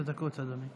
עשר דקות, אדוני.